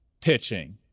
pitching